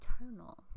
eternal